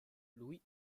louis